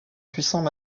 puissants